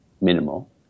minimal